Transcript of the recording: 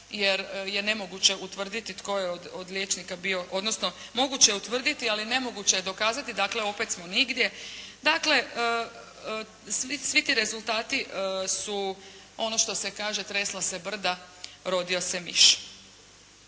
jer je nemoguće utvrditi tko je od liječnika bio, odnosno moguće je utvrditi ali nemoguće je dokazati, dakle opet smo nigdje. Dakle svi ti rezultati su ono što se kaže tresla se brda, rodio se miš.